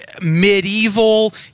medieval